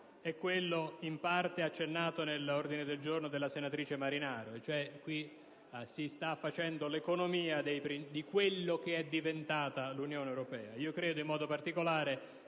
è quello in parte accennato nell'ordine del giorno della senatrice Marinaro e cioè che qui si sta facendo l'economia di quella che è diventata l'Unione europea. Credo in modo particolare